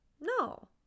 no